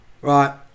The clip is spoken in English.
Right